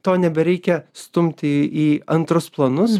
to nebereikia stumti į į antrus planus